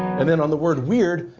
and then on the word weird,